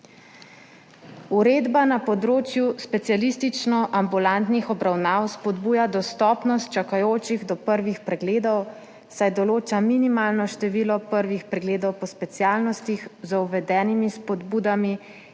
Uredba na področju specialistično-ambulantnih obravnav spodbuja dostopnost čakajočih do prvih pregledov, saj določa minimalno število prvih pregledov po specialnostih z uvedenimi spodbudami